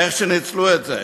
איך ניצלו את זה.